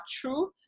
true